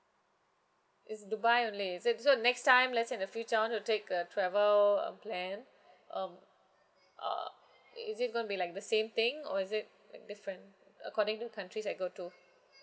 it's dubai only is it so the next time let's say in the future I wanted to take a travel uh plan um err is it gonna be like the same thing or is it like different according to the countries I go to